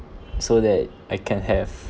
so that I can have